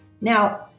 Now